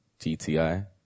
GTI